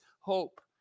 hope